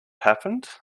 happened